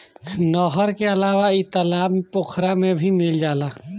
नहर के अलावा इ तालाब पोखरा में भी मिल जाला